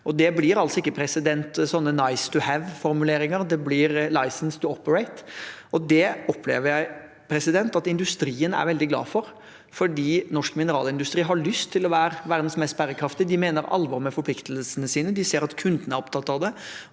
Det blir altså ikke sånne «nice-to-have»-formuleringer; det blir «license to operate». Det opplever jeg at industrien er veldig glad for, fordi norsk mineralindustri har lyst til å være verdens mest bærekraftige. De mener alvor med forpliktelsene sine, og de ser at kundene er opptatt av det.